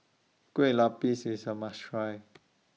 Kueh Lupis IS A must Try